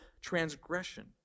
transgression